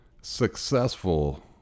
successful